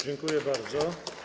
Dziękuję bardzo.